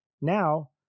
Now